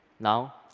now,